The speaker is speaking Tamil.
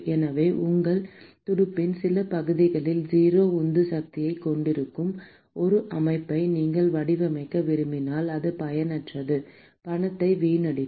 எனவே உங்கள் துடுப்பின் சில பகுதிகள் 0 உந்து சக்தியைக் கொண்டிருக்கும் ஒரு அமைப்பை நீங்கள் வடிவமைக்க விரும்பவில்லை அது பயனற்றது பணத்தை வீணடிக்கும்